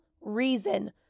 reason